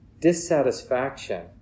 dissatisfaction